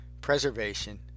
preservation